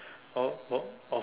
on on on